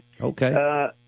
Okay